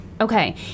Okay